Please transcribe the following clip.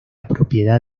propiedad